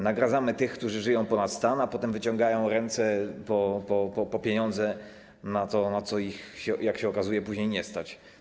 Nagradzamy tych, którzy żyją ponad stan, a potem wyciągają ręce po pieniądze na to, na co później, jak się okazuje, ich nie stać.